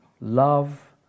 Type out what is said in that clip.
love